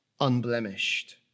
unblemished